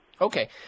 Okay